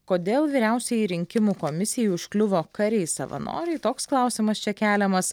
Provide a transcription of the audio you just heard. kodėl vyriausiajai rinkimų komisijai užkliuvo kariai savanoriai toks klausimas čia keliamas